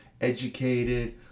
educated